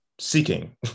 Seeking